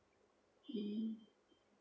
mm